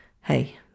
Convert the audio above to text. hey